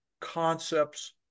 concepts